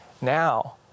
Now